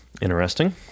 interesting